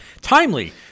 timely